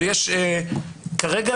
כרגע,